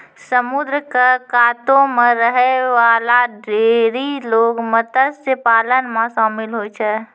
समुद्र क कातो म रहै वाला ढेरी लोग मत्स्य पालन म शामिल होय छै